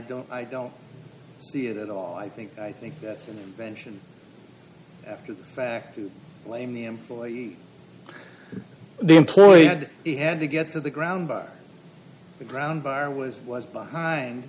don't i don't see it at all i think i think that's an invention after the fact that blame the employee the employee said he had to get to the ground by the ground bar was it was behind